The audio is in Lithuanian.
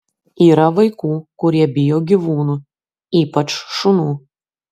yra vaikų kurie bijo gyvūnų ypač šunų